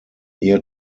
ear